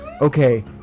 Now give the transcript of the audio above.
Okay